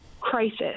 crisis